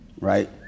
Right